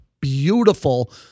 beautiful